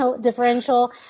differential